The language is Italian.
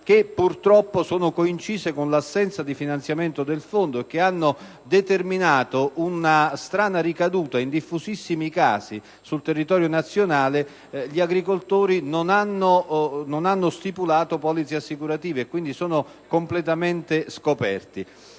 che purtroppo sono coincise con l'assenza di finanziamento del Fondo, che hanno determinato una strana ricaduta in parecchi casi sul territorio nazionale; gli agricoltori non hanno stipulato polizze assicurative e quindi sono completamente scoperti.